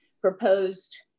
proposed